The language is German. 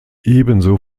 ebenso